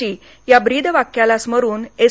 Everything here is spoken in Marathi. टी या व्रीदवाक्याला स्मरून एस